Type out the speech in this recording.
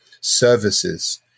services